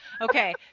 okay